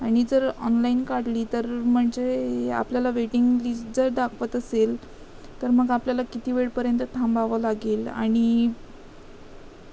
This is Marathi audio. आणि जर ऑनलाईन काढली तर म्हणजे आपल्याला वेटिंग लिस्ट जर दाखवत असेल तर मग आपल्याला किती वेळपर्यंत थांबावं लागेल आणि